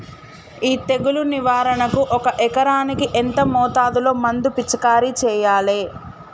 ఈ తెగులు నివారణకు ఒక ఎకరానికి ఎంత మోతాదులో మందు పిచికారీ చెయ్యాలే?